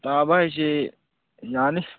ꯇꯥꯕ ꯍꯥꯏꯁꯦ ꯌꯥꯅꯤ